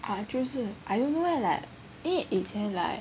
err 就是 I don't leh like 以前 like